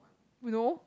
you know